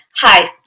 hi